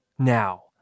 Now